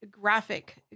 graphic